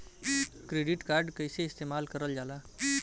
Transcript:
Credit card कईसे इस्तेमाल करल जाला?